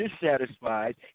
dissatisfied